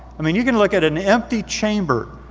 i mean, you can look at an empty chamber,